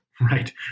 right